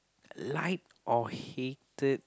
like or hated